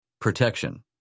Protection